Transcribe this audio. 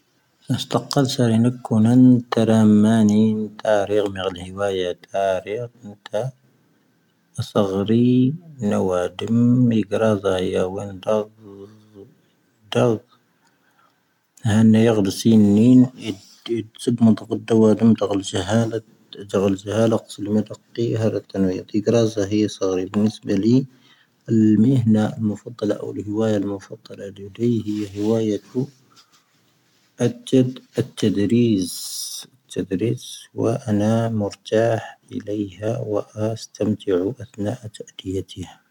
`ⵏⵉⵙ ⵜⴰⵇⵇⴰⵍ ⵜⴰⵔⵉⵏⵉ ⵜⵓⵔⴰⵎⵎⴰⵏⵉ ⵜⴰⵔⵇ ⵎⴰⵏⵉⴳⵍⵉ ⵔⵉⵡⴰⵢⴰⵜ ⵜⴰⵔⵉ ⵏⵜⴰ ⴰⵙⵙⴰⴳⵔⵉ ⵏⴰⵡⴰⴷⵉⵎ ⵎⵉⴳⵔⵔⴰ ⴷⴰⵎ ⴰⵀⵉⵏⵏⴻ ⵢⴻⴳⵉⴷ ⵏⵉ ⵜⴰⴳⴰⵍ ⵙⵉⵀⴰⵍⴰⵜ ⴰⵍ ⵎⵉⵀⵏⴰ ⵎⵓⴼⴰⴷⴷⴰⵍⴰ ⵔⵉⵢⵡⴰⵢⴰ ⵜ ⵎⵓⴼⴰⴷⴷⴰⵍⴰ ⵔⵉⵡⴰⵢⵉⵜ ⵀⵉⴷⵓ ⴰⵜⵜⴰⴷⵔⵉⵙ ⴰⵜⵜⵜⴰⴷⵔⵉⵙ ⵡⴰ ⴰⵏⴰ ⵎⵓⵔⵜⴰⵀ ⵉⵍⴰⵉⵀⴰ ⵡⴰ ⴽⵀⴰⵙⴰⵜⴰⵏ ⴰⵙⵏⴰ ⵜⴰⵔⴽⵉⵢⴰⵜⵉ ⵀⴰ.